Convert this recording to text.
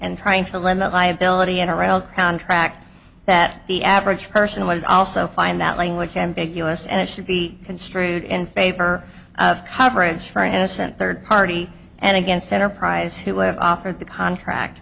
and trying to limit liability in our old contract that the average person would also find that language ambiguous and it should be construed in favor of coverage for an innocent third party and against enterprise who have offered the contract